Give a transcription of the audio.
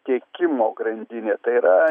tiekimo grandinė tai yra